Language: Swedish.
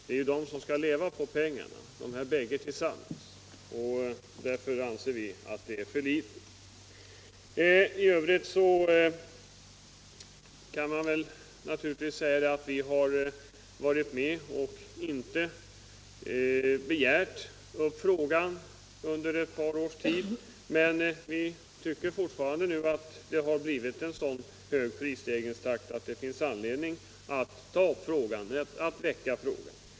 Det är de båda tillsammans som skall leva på pengarna. Därför anser vi att det är för litet. I övrigt kan man naturligtvis säga att inte heller vi i vpk tagit upp frågan under ett par års tid, men vi tycker nu att det har blivit en sådan prisstegringstakt att det finns anledning att på nytt göra det.